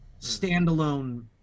standalone